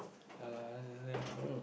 ya lah that's the thing ah